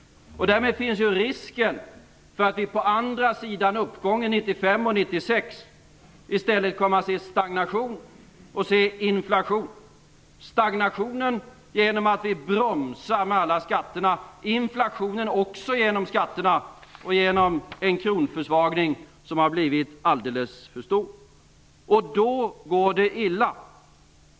Därmed finns risken för att vi på andra sidan uppgången 1995 och 1996 i stället kommer att se stagnation och inflation - stagnationen på grund av att skatterna bromsar upp, inflationen också på grund av skatterna och en kronförsvagning som har blivit alldeles för stor. Då går det illa.